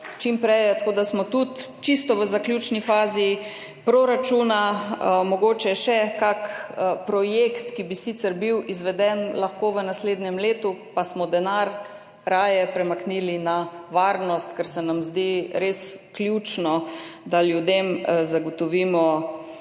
čim prej. Smo tudi čisto v zaključni fazi proračuna, mogoče je še kakšen projekt, ki bi sicer lahko bil izveden v naslednjem letu, pa smo denar raje premaknili na varnost, ker se nam zdi res ključno, da ljudem zagotovimo